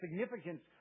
significance